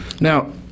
now